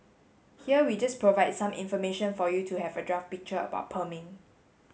here we just provide some information for you to have a draft picture about perming